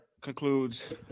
concludes